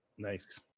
Nice